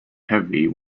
heavy